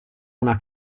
una